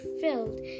filled